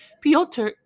Piotr